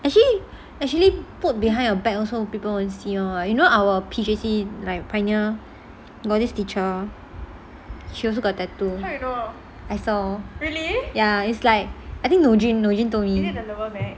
actually actually put behind your back also people won't see one lah you know our P_J_C like pioneer buddhist teacher she also got tattoo I saw ya it's like I think noordin noordin told me